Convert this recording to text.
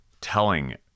telling